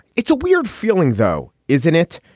it's a weird feeling, though, isn't it?